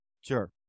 Sure